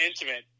Intimate